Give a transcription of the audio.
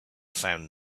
found